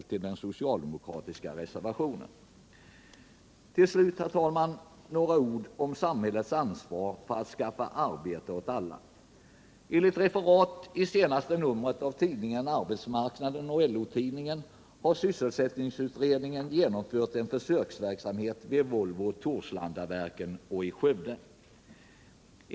Till slut, herr talman, några ord om samhällets ansvar för att skaffa arbete åt alla. Enligt referat i det senaste numret av tidskriften Arbetsmarknaden och LO-tidningen har sysselsättningsutredningen genomfört en försöks verksamhet vid AB Volvos anläggningar i Torslanda och Skövde.